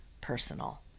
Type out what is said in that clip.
personal